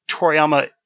Toriyama